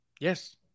Yes